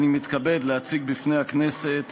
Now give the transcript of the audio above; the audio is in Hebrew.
אני מתכבד להציג בפני הכנסת